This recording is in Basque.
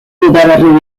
udaberri